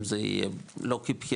אם זה יהיה לא כבחירה,